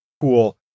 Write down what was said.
cool